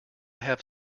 have